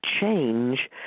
change